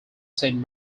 saint